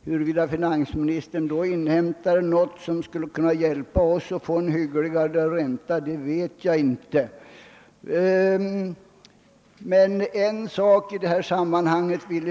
Huruvida finansministern då inhämtade något som skulle kunna hjälpa oss att få en hyggligare ränta känner jag inte till. Jag vill emellertid ställa en fråga.